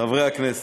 חברי הכנסת,